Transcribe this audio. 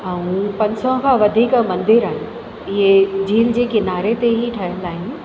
ऐं पंज सौ खां वधीक मंदर आहिनि इहे झील जे किनारे ते ई ठहियल आहिनि